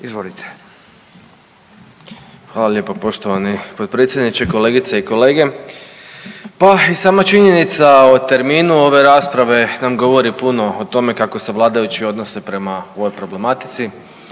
(Nezavisni)** Hvala lijepo poštovani potpredsjedniče. Kolegice i kolege. Pa i sama činjenica o terminu ove rasprave nam govori puno o tome kako se vladajući odnose prema ovoj problematici,